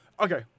Okay